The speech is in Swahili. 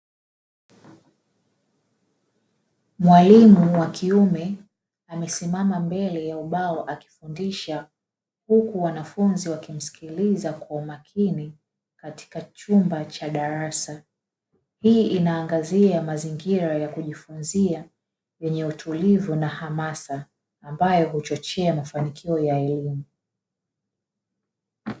Mwalimu wa kiume amesimama mbele ya ubao akifundisha, huku wanafunzi wakimsikiliza kwa umakini katika chumba cha darasa. Hii inaangazia mazingira ya kujifunzia, yenye utulivu na hamasa, ambayo huchochea mafanikio ya elimu.